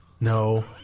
No